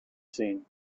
seen